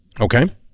Okay